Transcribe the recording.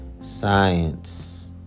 Science